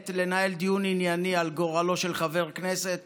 לנהל דיון ענייני על גורלו של חבר כנסת